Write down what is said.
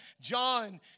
John